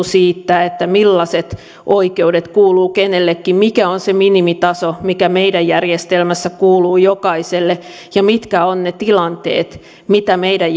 siitä millaiset oikeudet kuuluvat kenellekin mikä on se minimitaso mikä meidän järjestelmässämme kuuluu jokaiselle ja mitkä ovat ne tilanteet mitä meidän